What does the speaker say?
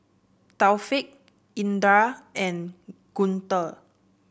Taufik Indra and Guntur